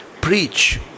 Preach